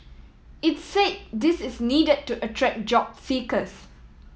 it said this is needed to attract job seekers